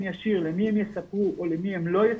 ישיר למי הם יספרו או למי הם לא יספרו,